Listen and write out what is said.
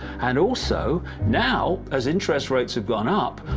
and also, now, as interest rates have gone up,